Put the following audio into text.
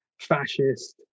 fascist